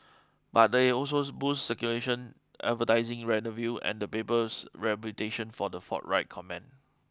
but they also boost circulation advertising revenue and the paper's reputation for the forthright comment